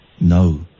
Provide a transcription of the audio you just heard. No